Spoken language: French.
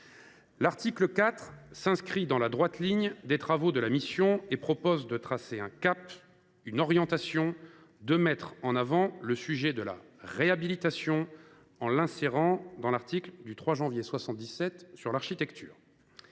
L’article 4, qui s’inscrit dans la droite ligne des travaux de la mission d’information, vise à tracer un cap, une orientation, et à mettre en avant le sujet de la réhabilitation en l’insérant dans la loi du 3 janvier 1977 sur l’architecture.